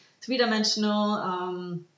three-dimensional